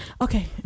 okay